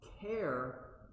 care